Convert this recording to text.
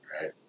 right